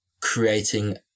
creating